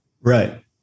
Right